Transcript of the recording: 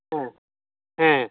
ᱦᱮᱸ ᱦᱮᱸᱻ